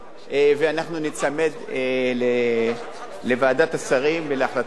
ואנחנו ניצמד לוועדת השרים ולהחלטת ועדת,